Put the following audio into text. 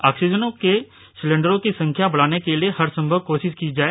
oxygen के सिलेंडरों की संख्या बढाने के लिये हर सम्भव कोशिश की जाए